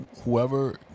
whoever